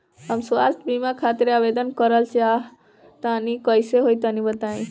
हम स्वास्थ बीमा खातिर आवेदन करल चाह तानि कइसे होई तनि बताईं?